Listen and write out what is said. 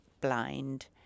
blind